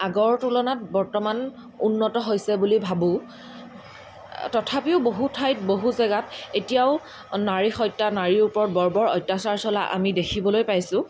আগৰ তুলনাত বৰ্তমান উন্নত হৈছে বুলি ভাবোঁ তথাপিও বহুত ঠাইত বহু জেগাত এতিয়াও নাৰী হত্যা নাৰীৰ ওপৰত বৰ্বৰ অত্যাচাৰ চলা আমি দেখিবলৈ পাইছোঁ